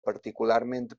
particularment